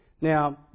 Now